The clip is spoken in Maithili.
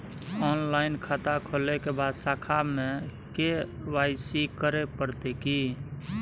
ऑनलाइन खाता खोलै के बाद शाखा में के.वाई.सी करे परतै की?